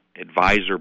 advisor